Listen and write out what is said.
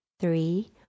three